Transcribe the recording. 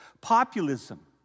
populism